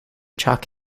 chalk